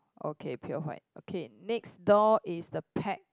okay pure white okay next door is the pet